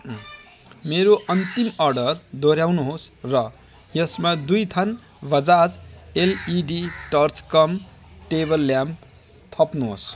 मेरो अन्तिम अर्डर दोहोऱ्याउनुहोस् र यसमा दुई थान Bajaj LED torch cum table lamp थप्नुहोस्